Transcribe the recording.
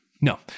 No